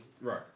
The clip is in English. Right